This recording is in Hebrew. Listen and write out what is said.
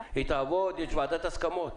יש ועדת הסכמות.